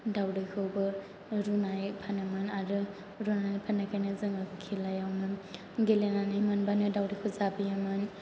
दावदैखौबो रुनाय फानोमोन आरो रुनानै फाननायखायनो जोङो खेलायावनो गेलेनानै मोनबानो दावदैखौ जाबोयोमोन